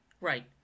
right